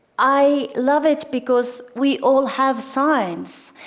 i love it because we all have signs.